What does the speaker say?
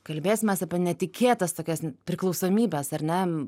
kalbėsimės apie netikėtas tokias priklausomybes ar ne